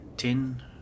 Ten